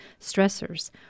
stressors